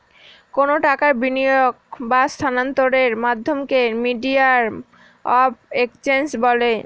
কোনো টাকার বিনিয়োগ বা স্থানান্তরের মাধ্যমকে মিডিয়াম অফ এক্সচেঞ্জ বলে